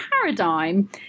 paradigm